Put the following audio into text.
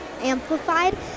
amplified